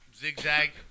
zigzag